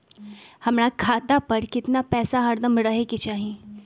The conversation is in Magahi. हमरा खाता पर केतना पैसा हरदम रहे के चाहि?